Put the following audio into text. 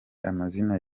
amazina